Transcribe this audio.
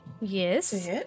yes